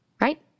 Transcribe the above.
Right